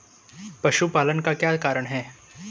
पशुपालन का क्या कारण है?